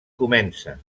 comença